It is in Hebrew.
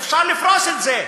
אפשר לפרוס את זה,